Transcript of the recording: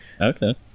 Okay